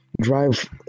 drive